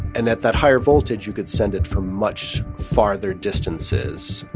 and at that higher voltage, you could send it from much farther distances,